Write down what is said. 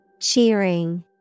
cheering